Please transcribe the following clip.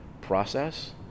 process